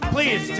Please